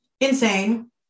Insane